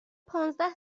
پانزده